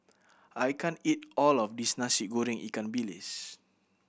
I can't eat all of this Nasi Goreng ikan bilis